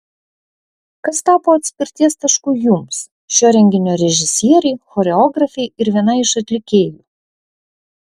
kas tapo atspirties tašku jums šio renginio režisierei choreografei ir vienai iš atlikėjų